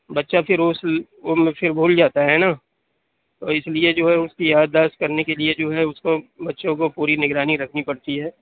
بچہ پھر اُس وہ مجھ بھول جاتا ہے نا تو اِس لیے جو ہے اُس کی یاد داشت کرنے کے لیے جو ہے اُس کو بچوں کو پوری نگرانی رکھنی پڑتی ہے